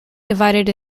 divided